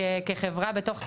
כחברה בתוך צה"ל,